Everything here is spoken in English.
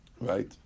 right